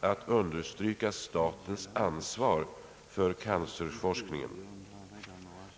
att understryka statens ansvar för cancerforskningen.